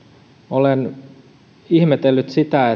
olen ihmetellyt sitä